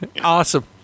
Awesome